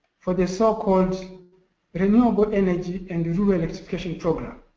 for the so-called but renewable energy and rural electrification program.